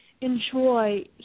enjoy